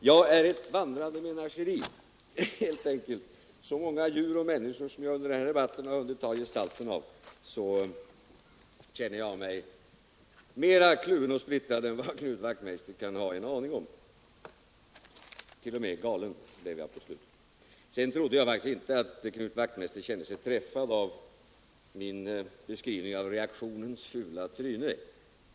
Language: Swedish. Herr talman! Jag är tydligen ett vandrande menageri — så många djur och människor som jag under den här debatten hunnit ta gestalt i. Jag känner mig mer kluven och splittrad än vad Knut Wachtmeister kan ha en aning om. T. o. m. galen blev jag på slutet. Jag trodde faktiskt inte att Knut Wachtmeister kände sig träffad av min beskrivning av ”reaktionens fula tryne”.